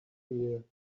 here